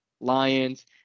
Lions